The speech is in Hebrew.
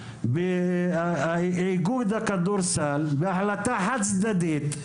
איגוד הכדורסל בהחלטה חד צדדית,